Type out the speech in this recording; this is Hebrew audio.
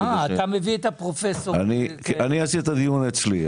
אני אעשה את הדיון אצלי,